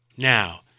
Now